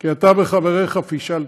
כי אתה וחבריך פישלתם.